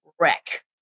wreck